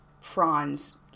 fronds